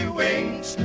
wings